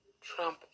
Trump